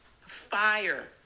fire